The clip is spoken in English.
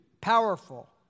powerful